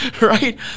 Right